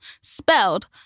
Spelled